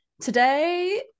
Today